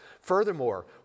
Furthermore